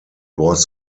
was